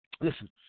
Listen